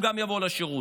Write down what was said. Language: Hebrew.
הם גם יבואו לשירות.